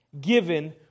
given